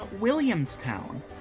williamstown